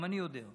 גם אני יודע.